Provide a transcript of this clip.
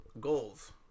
goals